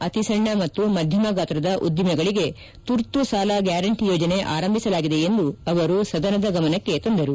ಅತಿ ಸಣ್ಣ ಮತ್ತು ಮಧ್ಯಮ ಗಾತ್ರದ ಉದ್ವಿಮೆಗಳಿಗೆ ತುರ್ತು ಸಾಲ ಗ್ಲಾರಂಟಿ ಯೋಜನೆ ಆರಂಭಿಸಲಾಗಿದೆ ಎಂದು ಅವರು ಸದನದ ಗಮನಕ್ಕೆ ತಂದರು